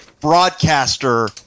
broadcaster